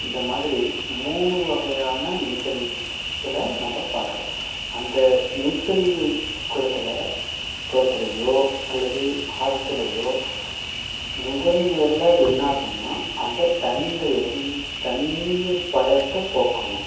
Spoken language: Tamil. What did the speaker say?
இந்த மாதிரி மூணு வகையான நீச்சல் இதில் நம்ப பண்ணுறோம் அந்த நீச்சல் குளத்தில் குளத்திலையோ அல்லது ஆத்துலையோ முதன் முதலில் என்னாகுன்னால் அந்த தண்ணீரில் இறங்கி தண்ணீர் பயத்தை போக்கணும்